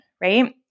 right